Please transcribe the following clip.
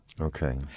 Okay